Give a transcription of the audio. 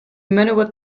menywod